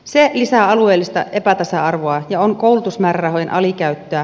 se lisää alueellista epätasa arvoa ja on koulutusmäärärahojen alikäyttöä